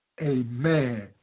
Amen